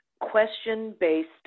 question-based